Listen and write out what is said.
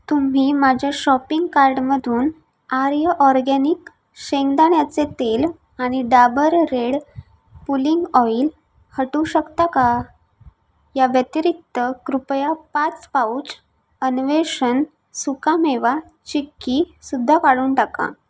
तुम्ही माझ्या शॉपिंग कार्डमधून आर्य ऑरगॅनिक शेंगदाण्याचे तेल आणि डाबर रेड पुलिंग ऑइल हटवू शकता का या व्यतिरिक्त कृपया पाच पाउच अन्वेषण सुकामेवा चिक्की सुद्धा काढून टाका